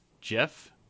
Jeff